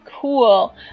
Cool